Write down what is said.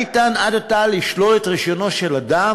עד עתה היה ניתן לשלול את רישיונו של אדם